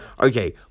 okay